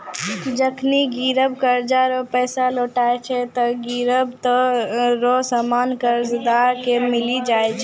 जखनि गिरब कर्जा रो पैसा लौटाय छै ते गिरब रो सामान कर्जदार के मिली जाय छै